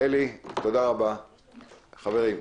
חברים.